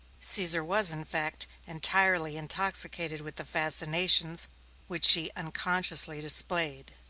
caesar was, in fact, entirely intoxicated with the fascinations which she unconsciously displayed.